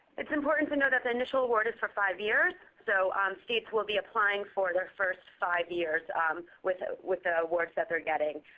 it's important to know that the initial award is for five years. so states will be applying for the first five years with ah with the awards that they're getting.